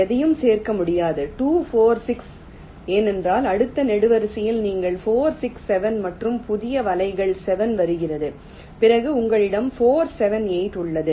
எதையும் சேர்க்க முடியாது 2 4 6 ஏனென்றால் அடுத்த நெடுவரிசையில் உங்கள் 4 6 7 மற்றும் புதிய வலைகள் 7 வருகிறது பிறகு உங்களிடம் 4 7 8 உள்ளது